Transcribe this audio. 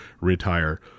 retire